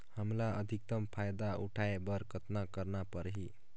हमला अधिकतम फायदा उठाय बर कतना करना परही?